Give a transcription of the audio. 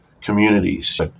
communities